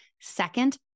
Second